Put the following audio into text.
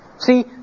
See